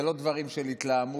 אלה לא דברים של התלהמות,